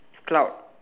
cloud